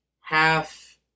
half